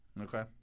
Okay